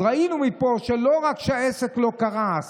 אז ראינו מפה שלא רק שהעסק לא קרס,